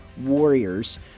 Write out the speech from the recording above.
Warriors